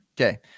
Okay